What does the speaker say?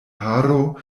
haro